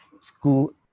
school